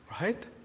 right